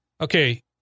okay